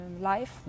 life